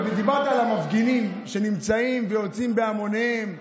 דיברת על המפגינים שנמצאים ויוצאים בהמוניהם,